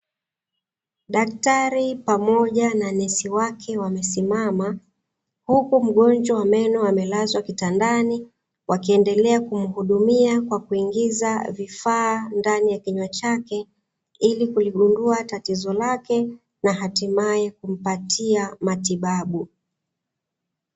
Daktari pamoja na nesi wake wamesimama huku mgonjwa wa meno amelazwa kitandani, wakiendelea kumuhudumia kwa kuingiza vifaa ndani ya kinywa chake ili kuligundua tatizo lake na hatimae kumpatia matibabu.